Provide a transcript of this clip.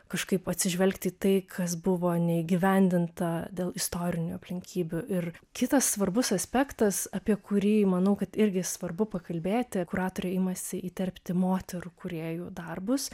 kažkaip atsižvelgti į tai kas buvo neįgyvendinta dėl istorinių aplinkybių ir kitas svarbus aspektas apie kurį manau kad irgi svarbu pakalbėti kuratoriai imasi įterpti moterų kūrėjų darbus